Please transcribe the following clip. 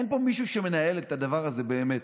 אין פה מישהו שמנהל את הדבר הזה באמת,